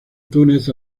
túnez